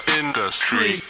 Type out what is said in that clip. industry